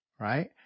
right